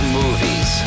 movies